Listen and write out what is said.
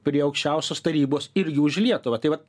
prie aukščiausios tarybos irgi už lietuvą tai vat